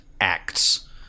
acts